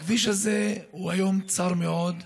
הכביש הזה הוא היום צר מאוד,